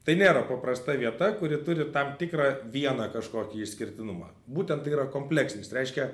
tai nėra paprasta vieta kuri turi tam tikrą vieną kažkokį išskirtinumą būtent tai yra kompleksinis reiškia